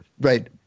Right